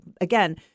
again